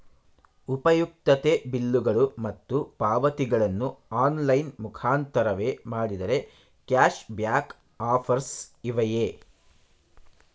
ಉಪಯುಕ್ತತೆ ಬಿಲ್ಲುಗಳು ಮತ್ತು ಪಾವತಿಗಳನ್ನು ಆನ್ಲೈನ್ ಮುಖಾಂತರವೇ ಮಾಡಿದರೆ ಕ್ಯಾಶ್ ಬ್ಯಾಕ್ ಆಫರ್ಸ್ ಇವೆಯೇ?